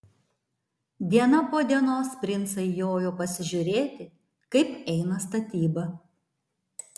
diena po dienos princai jojo pasižiūrėti kaip eina statyba